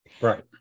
right